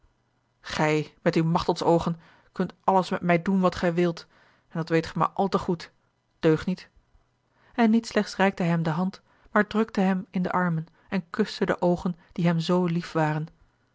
gij met uw machtelds oogen kunt alles met mij doen wat gij wilt en dat weet gij maar al te goed deugniet en niet slechts reikte hij hem de hand maar drukte hem in de armen en kuste de oogen die hem zoo lief waren